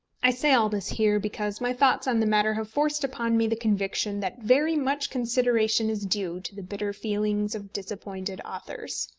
i say all this here because my thoughts on the matter have forced upon me the conviction that very much consideration is due to the bitter feelings of disappointed authors.